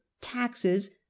taxes